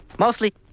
Mostly